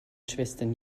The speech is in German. schwestern